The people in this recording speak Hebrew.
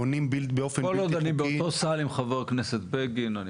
בונים באופן בלתי חוקי --- כל עוד אני באותו סל עם חה"כ בגין,